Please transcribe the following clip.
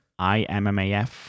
iMMAF